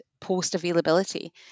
post-availability